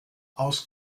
aus